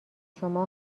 شما